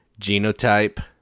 Genotype